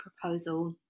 proposal